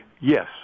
Yes